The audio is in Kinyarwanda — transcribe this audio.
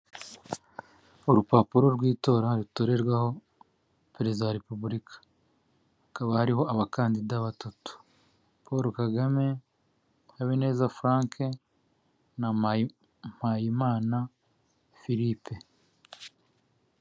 Urupapuro rw'itora rutorerwaho Perezida wa Repubulika, hakaba hariho abakandida batatu Paul Kagame, Habineza Frank na Mpayimana Philippe.